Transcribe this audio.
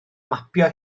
mapio